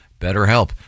BetterHelp